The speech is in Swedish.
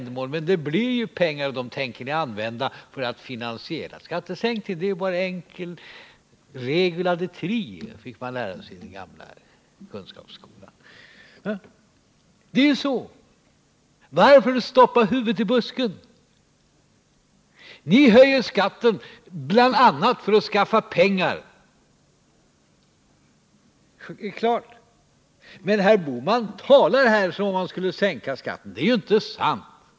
Det blir dock pengar av dessa åtgärder, och dessa pengar kan ni använda för att finansiera skattesänkningen. Det är bara enkel reguladetri, som man fick lära sig i den gamla kunskapsskolan. Varför stoppa huvudet i busken? Ni höjer skatten, bl.a. för att skaffa pengar, men herr Bohman talar här som om ni skulle sänka skatten. Det är inte sant.